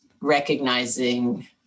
recognizing